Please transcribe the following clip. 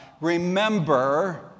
remember